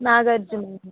Nagarjuna